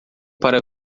para